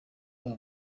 aba